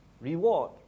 reward